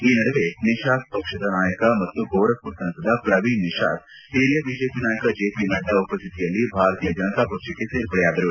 ಈ ನಡುವೆ ನಿಶಾದ್ ಪಕ್ಷದ ನಾಯಕ ಮತ್ತು ಗೋರಖ್ಮರ ಸಂಸದ ಪ್ರವೀಣ್ ನಿಶಾದ್ ಹಿರಿಯ ಬಿಜೆಪಿ ನಾಯಕ ಜೆಪಿ ನಡ್ಡಾ ಉಪಸ್ವಿತಿಯಲ್ಲಿ ಭಾರತೀಯ ಜನತಾ ಪಕ್ಷಕ್ಕೆ ಸೇರ್ಪಡೆಯಾದರು